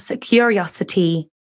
curiosity